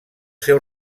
seu